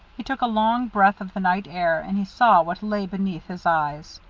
he took a long breath of the night air and he saw what lay beneath his eyes.